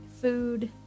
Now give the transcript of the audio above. food